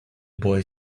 boy